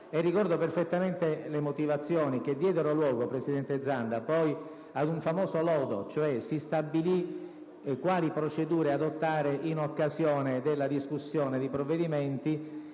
Ricordo perfettamente le motivazioni della protesta che diedero luogo ad un famoso "lodo": cioè, si stabilì quali procedure adottare in occasione della discussione di provvedimenti